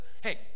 hey